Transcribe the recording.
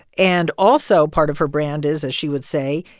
and also, part of her brand is, as she would say,